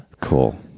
Cool